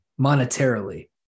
monetarily